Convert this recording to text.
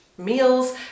meals